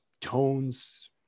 tones